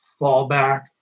fallback